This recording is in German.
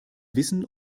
wissen